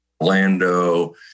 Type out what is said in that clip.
Orlando